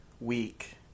week